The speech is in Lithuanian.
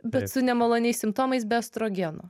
bet su nemaloniais simptomais be estrogeno